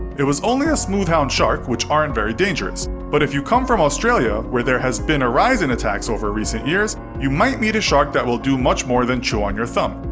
it was only a smooth hound shark, which aren't very dangerous. but if you come from australia, where that has been a rise in attacks over recent years, you might meet a shark that will do much more than chew on your thumb.